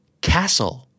Castle